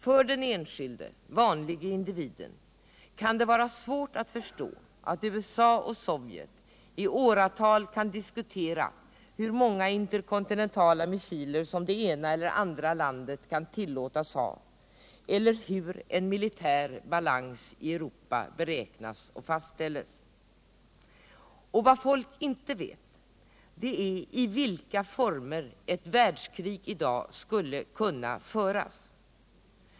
För den enskilde vanlige individen kan det vara svårt att förstå att USA och Sovjet i åratal kan diskutera hur många interkontinentala missiler som det ena eller andra landet kan tillåtas ha eller hur en militär balans i Europa beräknas och fastställs. Och vad folk inte vet är i vilka former ett världskrig i dag skulle kunna föras.